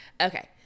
Okay